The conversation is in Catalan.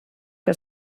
que